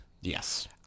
Yes